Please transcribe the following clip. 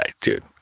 dude